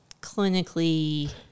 clinically